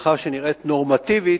משפחה שנראית נורמטיבית,